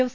F